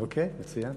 אוקיי, מצוין.